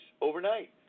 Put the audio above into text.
overnight